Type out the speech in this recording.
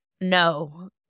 No